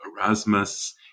Erasmus